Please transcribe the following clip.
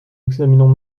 examinons